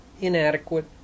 inadequate